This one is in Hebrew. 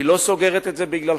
היא לא סוגרת את זה בגללכם,